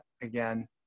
Again